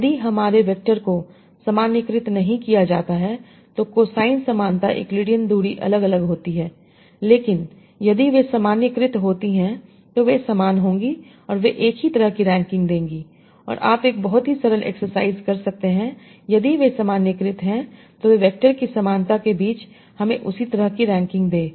यदि हमारे वैक्टर को सामान्यीकृत नहीं किया जाता है तो कोसाइन समानता यूक्लिडियन दूरी अलग अलग होती है लेकिन यदि वे सामान्यीकृत होती हैं तो वे समान होंगी और वे एक ही तरह की रैंकिंग देंगी और आप एक बहुत ही सरल एक्सरसाइज कर सकते हैं यदि वे सामान्यीकृत हैं तो वे वैक्टर की समानता के बीच हमें उसी तरह की रैंकिंग दें